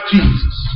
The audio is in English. Jesus